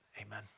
Amen